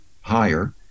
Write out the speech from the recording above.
higher